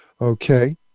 Okay